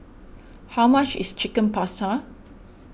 how much is Chicken Pasta